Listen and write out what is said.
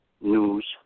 news